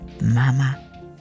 mama